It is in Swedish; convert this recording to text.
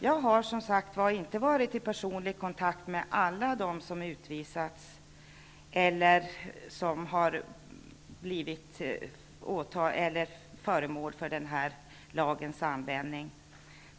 Jag har, som sagt, inte varit i personlig kontakt med alla de som utvisats eller på annat sätt blivit föremål för denna lags användning.